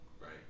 Right